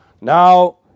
now